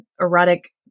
erotic